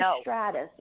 Stratus